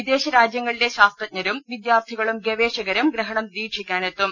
വിദേശ രാജ്യങ്ങളിലെ ശാസ്ത്രജ്ഞരും വിദ്യാർത്ഥികളും ഗവേഷകരും ഗ്രഹണം നിരീക്ഷിക്കാനെത്തും